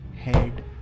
head